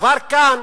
כבר כאן